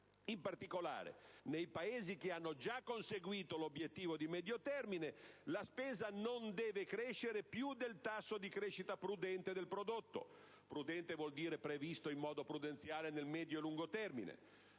In particolare, nei Paesi che hanno già conseguito l'obiettivo di medio termine, la spesa non deve crescere più del tasso di crescita "prudente" del PIL, termine che significa previsto in modo prudenziale nel medio e lungo termine.